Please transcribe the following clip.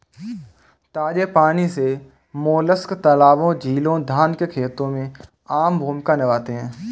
ताजे पानी के मोलस्क तालाबों, झीलों, धान के खेतों में आम भूमिका निभाते हैं